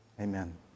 Amen